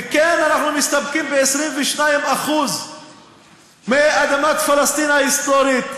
וכן, אנחנו מסתפקים ב-22% מאדמת פלסטין ההיסטורית.